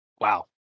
Wow